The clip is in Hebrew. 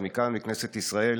אז מכאן, מכנסת ישראל,